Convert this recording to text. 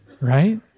Right